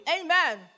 Amen